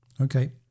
Okay